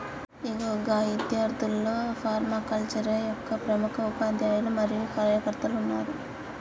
ఇగో గా ఇద్యార్థుల్లో ఫర్మాకల్చరే యొక్క ప్రముఖ ఉపాధ్యాయులు మరియు కార్యకర్తలు ఉన్నారు